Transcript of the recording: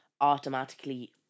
automatically